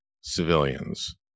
civilians